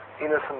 innocent